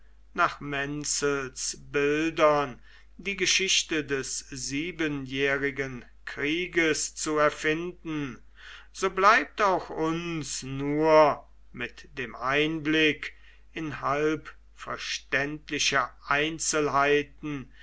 nach menzels bildern die geschichte des siebenjährigen krieges zu erfinden so bleibt auch uns nur mit dem einblick in halb verständliche einzelheiten